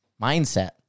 mindset